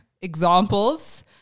examples